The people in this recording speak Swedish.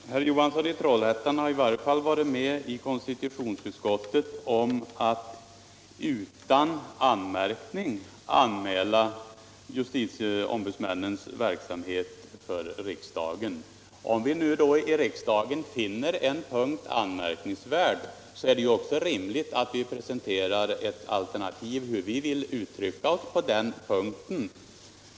Herr talman! Herr Johansson i Trollhättan har i varje fall i konstitutionsutskottet varit med om att utan anmärkning anmäla justiticombudsmännens verksamhet för riksdagen. Om vi då i riksdagen finner någon punkt anmärkningsvärd är det också rimligt att presentera alternativ som anger hur vi vill uttrycka oss på den punkten.